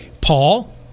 Paul